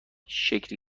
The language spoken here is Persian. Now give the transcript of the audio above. شکل